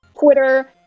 Twitter